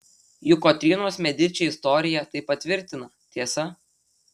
juk kotrynos mediči istorija tai patvirtina tiesa